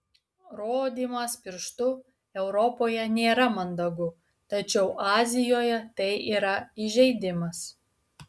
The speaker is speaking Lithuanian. rodymas pirštu europoje nėra mandagu tačiau azijoje tai yra įžeidimas